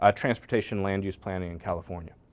ah transportation land use planning in california.